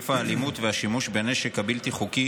היקף האלימות והשימוש בנשק הבלתי-חוקי